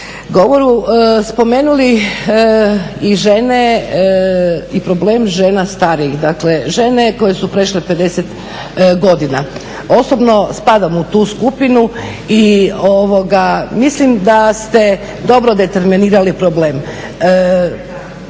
govoru spomenuli i žene i problem žena starijih, dakle žena koje su prešle 50 godina. Osobno spadam u tu skupinu i mislim da ste dobro determinirali problem.